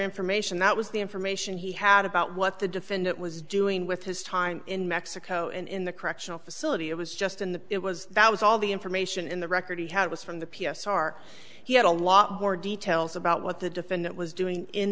information that was the information he had about what the defendant was doing with his time in mexico and in the correctional facility it was just in the it was that was all the information in the record he had was from the p s r he had a lot more details about what the defendant was doing in